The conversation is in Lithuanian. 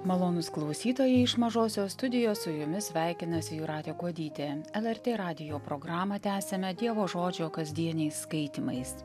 malonūs klausytojai iš mažosios studijos su jumis sveikinasi jūratė kuodytė lrt radijo programą tęsiame dievo žodžio kasdieniais skaitymais